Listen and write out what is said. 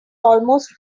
almost